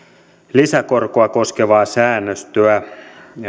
lisäkorkoa koskevaa säännöstöä